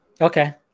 Okay